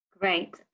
Great